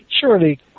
Surely